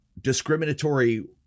discriminatory